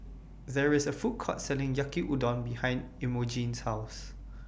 There IS A Food Court Selling Yaki Udon behind Imogene's House